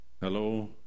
hello